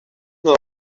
not